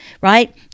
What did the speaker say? right